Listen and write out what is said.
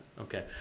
okay